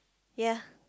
ya